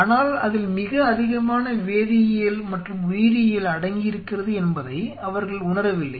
ஆனால் அதில் மிக அதிகமான வேதியியல் மற்றும் உயிரியல் அடங்கியிருக்கிறது என்பதை அவர்கள் உணரவில்லை